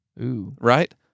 right